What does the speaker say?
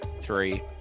three